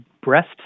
breast